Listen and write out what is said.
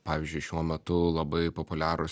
pavyzdžiui šiuo metu labai populiarūs